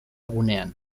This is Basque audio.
gunean